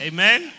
Amen